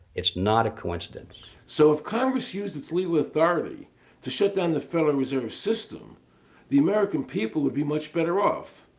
it's not a coincidence. aaron so if congress use it's legal authority to shut down the federal reserve system the american people would be much better off.